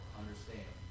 understand